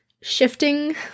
shifting